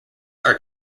are